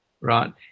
Right